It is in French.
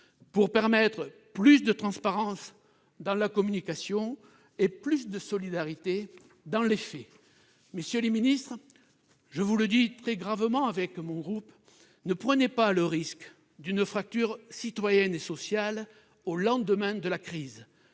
pour permettre plus de transparence dans la communication et plus de solidarité dans les faits. Messieurs les ministres, je le dis avec gravité, ne prenez pas le risque d'une fracture citoyenne et sociale au lendemain de la crise.